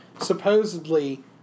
supposedly